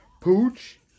Pooch